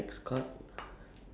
just without the top part